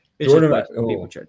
Jordan